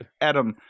Adam